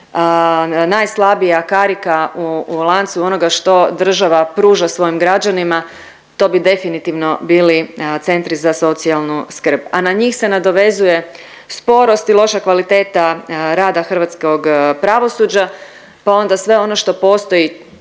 najslabija karika u lancu onoga što država pruža svojim građanima, to bi definitivno bili centri za socijalnu skrb, a na njih se nadovezuje sporost i loša kvaliteta rada hrvatskog pravosuđa pa onda sve ono što postoji